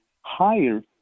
higher